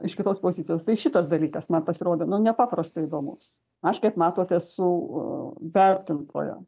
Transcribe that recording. iš kitos pozicijos tai šitas dalykas man pasirodė nu nepaprastai įdomus aš kaip matot esu vertintoja